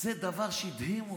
זה דבר שהדהים אותי.